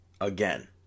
again